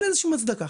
אין לזה שום הצדקה.